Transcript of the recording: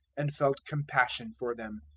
and felt compassion for them,